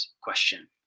question